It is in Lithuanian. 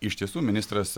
iš tiesų ministras